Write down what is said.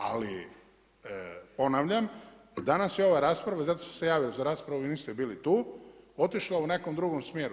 Ali ponavljam danas je ova rasprava i zato sam se javio za raspravu, vi niste bili tu, otišla u nekom drugom smjeru.